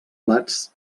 plats